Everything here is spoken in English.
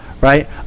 right